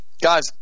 Guys